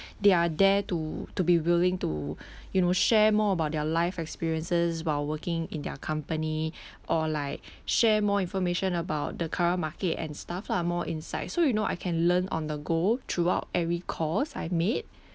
they are there to to be willing to you know share more about their life experiences while working in their company or like share more information about the current market and stuff lah more insights so you know I can learn on the go throughout every calls I made